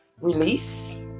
release